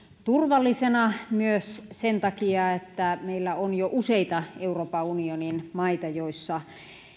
turvallisena myös sen takia että meillä on jo useita euroopan unionin maita joissa